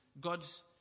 God's